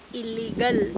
illegal